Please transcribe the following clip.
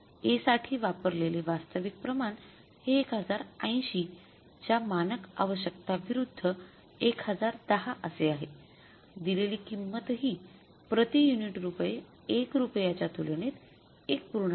A साठी वापरलेले वास्तविक प्रमाण हे १०८० च्या मानक आवश्यकता विरूद्ध १०१० असे आहे दिलेली किंमतही प्रति युनिट रूपये १ रुपयाच्या तुलनेत १